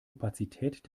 opazität